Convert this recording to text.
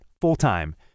full-time